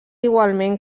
igualment